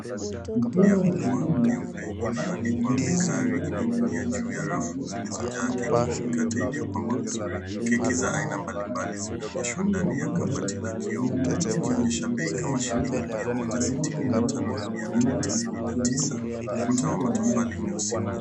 Mfumo wa kilimo ambapo mmea midogo yenye majani mabichi yamepandwa kwenye vyombo vyeupe vilivyopangwa kwa safu. Chini ya vyombo hivi kuna maji yaliyotiririka na kuunda maporomoko madogo ya maji yakionyesha mzunguko wa maji.